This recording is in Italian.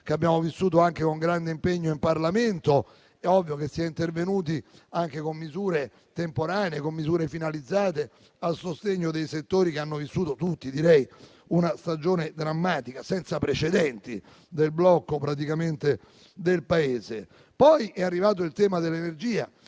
che abbiamo vissuto con grande impegno in Parlamento, è ovvio che si è intervenuti anche con misure temporanee e finalizzate al sostegno di settori che hanno vissuto - direi tutti - una stagione drammatica, senza precedenti, che ha provocato il blocco del Paese. È poi arrivato il tema dell'energia